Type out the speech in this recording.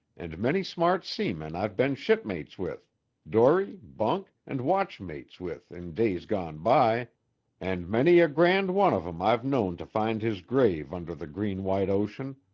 and many smart seamen i've been shipmates with dory, bunk, and watch mates with in days gone by and many a grand one of em i've known to find his grave under the green-white ocean,